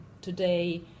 today